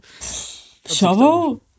Shovel